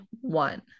one